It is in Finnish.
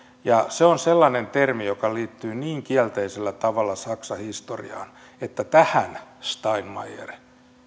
ja se on sellainen termi joka liittyy niin kielteisellä tavalla saksan historiaan että tähän steinmeier